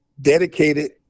dedicated